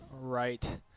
right